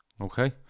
Okay